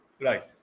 Right